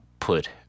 put